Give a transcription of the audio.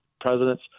presidents